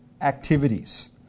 activities